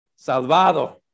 salvado